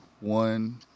one